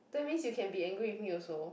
that means you can be angry with me also